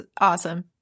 awesome